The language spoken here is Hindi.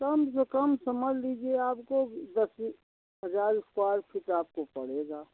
कम से कम समझ लीजिए आपको दस हज़ार स्क्वेर फिट आपको पड़ेगा